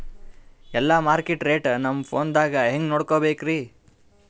ಎಲ್ಲಾ market rate ನಮ್ ಫೋನದಾಗ ಹೆಂಗ ನೋಡಕೋಬೇಕ್ರಿ?